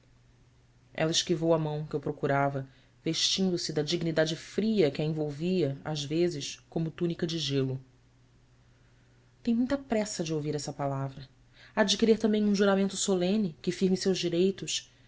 ela esquivou a mão que eu procurava vestindo-se da dignidade fria que a envolvia às vezes como túnica de gelo em muita pressa de ouvir essa palavra há de querer também um juramento solene que firme seus direitos